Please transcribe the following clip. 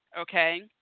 okay